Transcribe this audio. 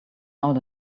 out